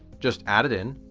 just add it in,